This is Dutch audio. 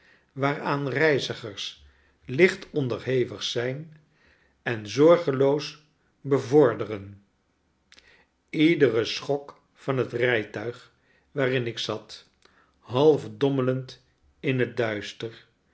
waaraan reizigers licht onderhevig zijn en zorgeloos bevorderen iedere schok van het rijtuig waarin ik zat half dommelend in het duister